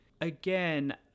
Again